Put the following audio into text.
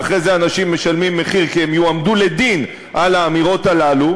ואחרי זה אנשים משלמים מחיר כי הם יועמדו לדין על האמירות הללו,